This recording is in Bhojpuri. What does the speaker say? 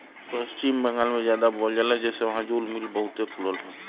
पश्चिम बंगाल में जादा बोवल जाला जेसे वहां जूल मिल बहुते खुलल हौ